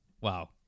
Wow